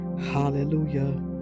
Hallelujah